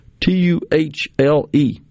T-U-H-L-E